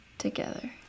together